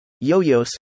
Yo-yos